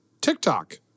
TikTok